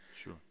Sure